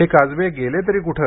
हे काजवे गेले तरी कुठे